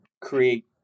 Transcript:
create